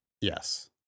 Yes